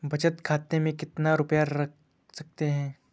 बचत खाते में कितना रुपया रख सकते हैं?